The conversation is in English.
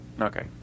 Okay